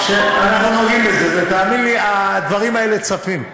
אנחנו נוגעים בזה, תאמין לי, הדברים האלה צפים.